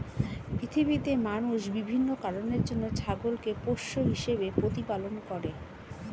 পৃথিবীতে মানুষ বিভিন্ন কারণের জন্য ছাগলকে পোষ্য হিসেবে প্রতিপালন করে